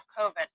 COVID